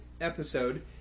episode